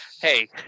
hey